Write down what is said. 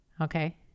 Okay